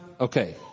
Okay